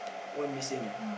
one missing ah